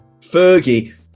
Fergie